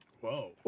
Whoa